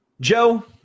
Joe